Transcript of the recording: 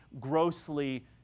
grossly